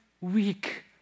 weak